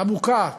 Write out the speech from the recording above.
עמוקה,